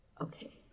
Okay